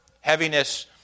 Heaviness